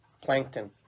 plankton